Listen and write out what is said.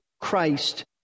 Christ